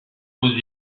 posés